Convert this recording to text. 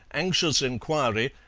anxious inquiry,